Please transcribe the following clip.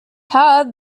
had